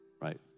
right